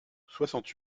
soixante